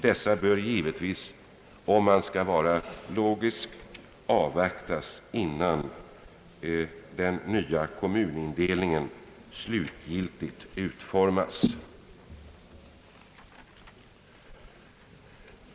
Dessa bör givetvis, om man skall vara logisk, avvaktas innan den nya kommunregleringen slutgiltigt utformas.